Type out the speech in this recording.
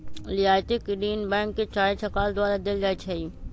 रियायती ऋण बैंक चाहे सरकार द्वारा देल जाइ छइ